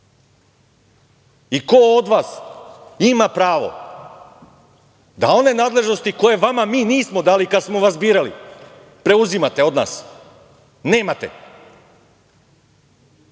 od vas ima pravo da one nadležnosti koje vama mi nismo dali kada smo vas birali preuzimate od nas? Nemate. Ovde